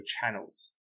channels